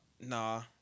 nah